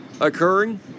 occurring